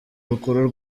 rukuru